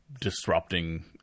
disrupting